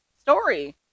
story